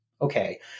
Okay